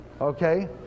Okay